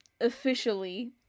officially